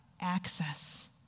access